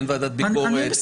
אין ועדת ביקורת.